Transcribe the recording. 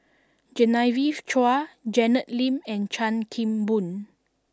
Genevieve Chua Janet Lim and Chan Kim Boon